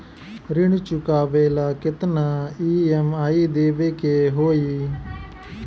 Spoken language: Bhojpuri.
ऋण चुकावेला केतना ई.एम.आई देवेके होई?